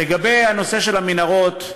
לגבי הנושא של המנהרות,